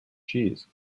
cheese